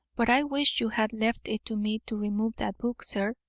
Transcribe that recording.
but i wish you had left it to me to remove that book, sir.